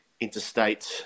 Interstate